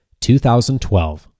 2012